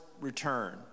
return